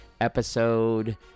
episode